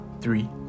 three